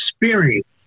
experience